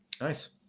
Nice